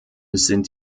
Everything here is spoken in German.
sind